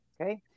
Okay